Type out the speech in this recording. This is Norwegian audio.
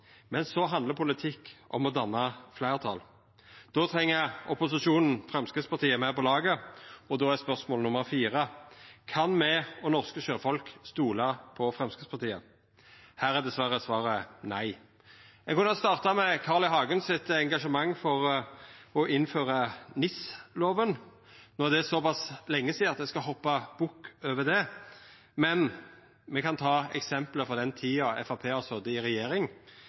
politikk handlar om å danna fleirtal. Då treng opposisjonen Framstegspartiet med på laget, og då er spørsmål nr. 4: Kan me og norske sjøfolk stola på Framstegspartiet? Her er dessverre svaret nei. Eg kunne starta med Carl I. Hagens engasjement for å innføra NIS-loven. No er det såpass lenge sidan at eg skal hoppa bukk over det. Men me kan ta eksempel frå den tida Framstegspartiet har sete i regjering,